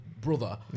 brother